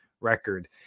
record